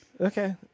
Okay